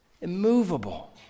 immovable